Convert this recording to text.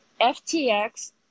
FTX